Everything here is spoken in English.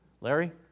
Larry